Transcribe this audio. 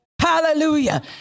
Hallelujah